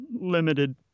limited